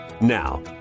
Now